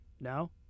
No